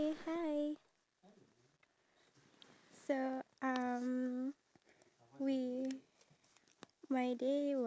okay let's do it in like a clockwise direction so starting from like twelve o'clock upstairs what do you have in your picture